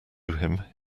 him